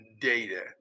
data